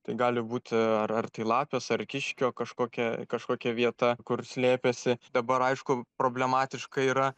tai gali būti ar ar tai lapės ar kiškio kažkokia kažkokia vieta kur slėpėsi dabar aišku problematiška yra